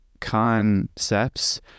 concepts